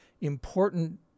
important